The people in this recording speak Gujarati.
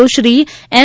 ઓ શ્રી એમ